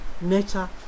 nature